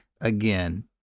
Again